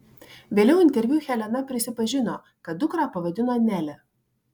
vėliau interviu helena prisipažino kad dukrą pavadino nele